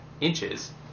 inches